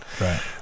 Right